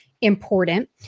important